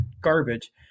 garbage